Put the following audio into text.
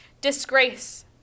Disgrace